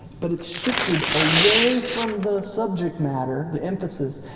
but it's shifted away from the subject matter, the emphasis,